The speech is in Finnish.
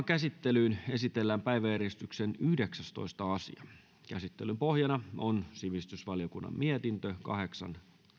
käsittelyyn esitellään päiväjärjestyksen yhdeksästoista asia käsittelyn pohjana on sivistysvaliokunnan mietintö kahdeksan